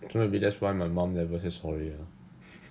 cannot be that's why my mom never say sorry uh